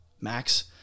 max